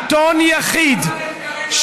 שלטון יחיד.